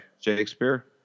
Shakespeare